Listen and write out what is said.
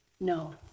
No